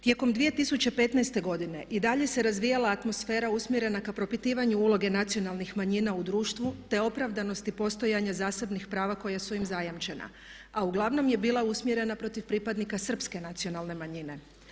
Tijekom 2015.godine i dalje se razvijala atmosfera usmjerena ka propitivanju uloge nacionalnih manjina u društvu te opravdanosti postojanja zasebnih prava koja su im zajamčena a uglavnom je bila usmjerena protiv pripadnika Srpske nacionalne manjine.